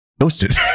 ghosted